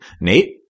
Nate